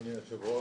אדוני היושב-ראש,